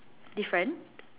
different